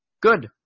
Good